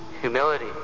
humility